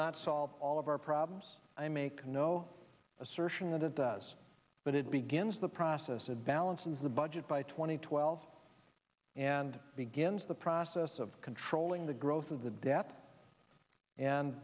not solve all of our problems i make no assertion that it does but it begins the process and balances the budget by two thousand and twelve and begins the process of controlling the growth of the debt and